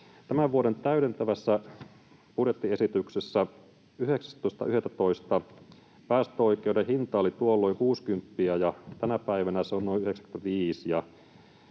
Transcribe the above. tämän vuoden täydentävässä budjettiesityksessä 19.11. päästöoikeuden hinta oli kuusikymppiä ja tänä päivänä se on noin 95